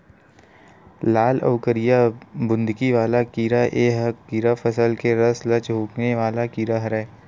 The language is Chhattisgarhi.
लाल अउ करिया बुंदकी वाला कीरा ए ह कीरा फसल के रस ल चूंहके वाला कीरा हरय